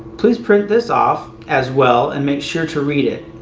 please print this off as well and make sure to read it.